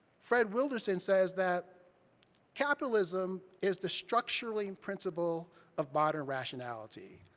fred wilderson says that capitalism is the structuring principle of modern rationality.